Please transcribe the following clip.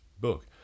book